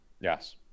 Yes